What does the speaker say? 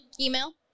email